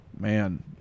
man